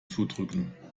zudrücken